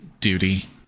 duty